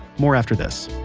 more after this